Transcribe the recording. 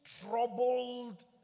troubled